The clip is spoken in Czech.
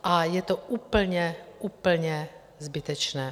A je to úplně, úplně zbytečné.